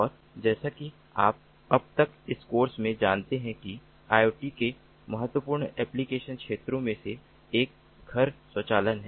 और जैसा कि आप अब तक इस कोर्स में जानते हैं कि IoT के महत्वपूर्ण एप्लिकेशन क्षेत्रों में से एक घर स्वचालन है